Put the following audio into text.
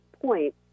point